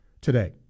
today